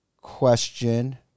question